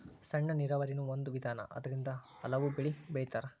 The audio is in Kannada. ಸಣ್ಣ ನೇರಾವರಿನು ಒಂದ ವಿಧಾನಾ ಅದರಿಂದ ಹಲವು ಬೆಳಿ ಬೆಳಿತಾರ